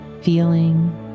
feeling